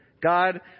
God